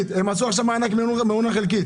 הם עשו עכשיו מענק מעונן חלקית.